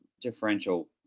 differential